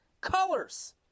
colors